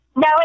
No